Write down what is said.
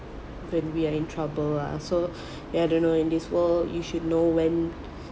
when we are in trouble ah so ya I don't know in this world you should know when